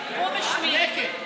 אתם הרי אופוזיציה משמאל, לא מימין.